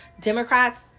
Democrats